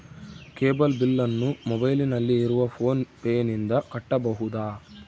Cable ಬಿಲ್ಲನ್ನು ಮೊಬೈಲಿನಲ್ಲಿ ಇರುವ ಫೋನ್ ಪೇನಿಂದ ಕಟ್ಟಬಹುದಾ?